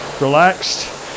relaxed